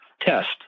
test